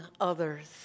others